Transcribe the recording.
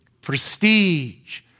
prestige